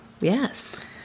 yes